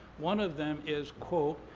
one of them is, quote,